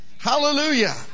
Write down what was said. Hallelujah